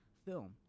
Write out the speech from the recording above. film